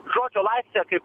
žodžio laisvę kaip